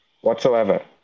whatsoever